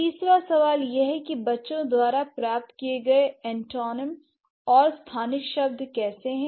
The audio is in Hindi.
तीसरा सवाल यह है कि बच्चों द्वारा प्राप्त किए गए एंटोनियम और स्थानिक शब्द कैसे हैं